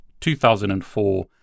2004